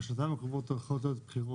קח בחשבון שבשנתיים הקרובות יש בחירות.